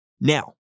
Now